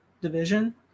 division